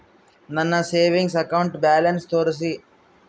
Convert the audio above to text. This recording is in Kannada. ನನ್ನ ಸೇವಿಂಗ್ಸ್ ಅಕೌಂಟ್ ಬ್ಯಾಲೆನ್ಸ್ ತೋರಿಸಿ?